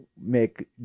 make